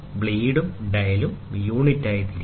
ബ്ലേഡും ഡയലും യൂണിറ്റായി തിരിക്കുന്നു